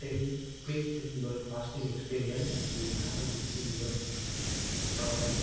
tell please tell your positive experience you have with your product